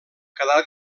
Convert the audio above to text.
quedar